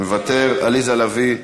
מוותר, עליזה לביא,